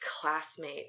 classmate